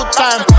time